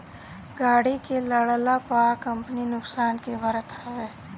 गाड़ी के लड़ला पअ कंपनी नुकसान के भरत हवे